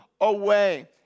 away